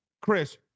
Chris